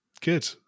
Good